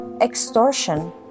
extortion